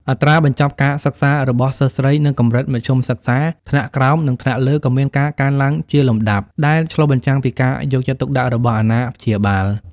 អត្រាបញ្ចប់ការសិក្សារបស់សិស្សស្រីនៅកម្រិតមធ្យមសិក្សាថ្នាក់ក្រោមនិងថ្នាក់លើក៏មានការកើនឡើងជាលំដាប់ ដែលឆ្លុះបញ្ចាំងពីការយកចិត្តទុកដាក់របស់អាណាព្យាបាល។